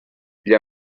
gli